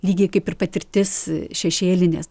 lygiai kaip ir patirtis šešėlinės